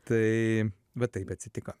tai vat taip atsitiko